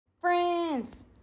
Friends